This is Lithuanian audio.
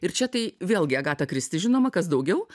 ir čia tai vėlgi agata kristi žinoma kas daugiau